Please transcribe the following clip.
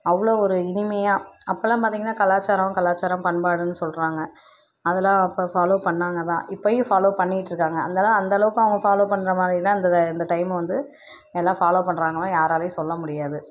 அவ்வளோ ஒரு இனிமையாக அப்போலாம் பார்த்தீங்கன்னா கலாச்சாரம் கலாச்சாரம் பண்பாடுன்னு சொல்கிறாங்க அதலாம் அப்போ ஃபாலோ பண்ணாங்கதான் இப்போயும் ஃபாலோ பண்ணிட்டுருக்காங்க இருந்தாலும் அந்தளவுக்கு அவங்க ஃபாலோ பண்ணுற மாதிரிலாம் இந்த இந்த டைம் வந்து எல்லாம் ஃபாலோ பண்ணுறாங்கன்னு யாராலேயும் சொல்ல முடியாது